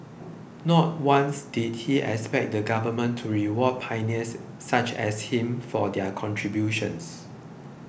not once did he expect the Government to reward pioneers such as him for their contributions